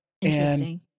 Interesting